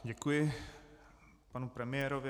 Děkuji panu premiérovi.